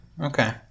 Okay